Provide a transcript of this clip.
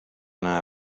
nada